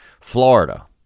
Florida